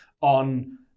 on